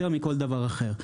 יותר מכל דבר אחר.